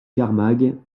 camargue